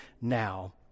now